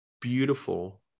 beautiful